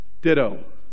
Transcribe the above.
Ditto